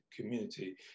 community